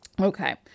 Okay